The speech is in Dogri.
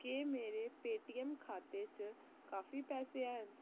केह् मेरे पे टीऐम्म खाते च काफी पैसे हैन